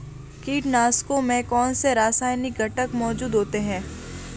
कीटनाशकों में कौनसे रासायनिक घटक मौजूद होते हैं?